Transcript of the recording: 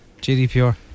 GDPR